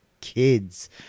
kids